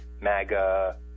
MAGA